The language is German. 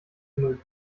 genug